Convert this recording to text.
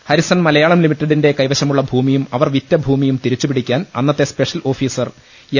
Harrison Malayalam ലിമിറ്റഡിമ്റെ കൈവശമുള്ള ഭൂമിയും അവർ വിറ്റ ഭൂമിയും തിരി ച്ചുപിടിക്കാൻ അന്നത്തെ സ്പെഷ്യൽ ഓഫീസർ എം